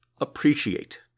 appreciate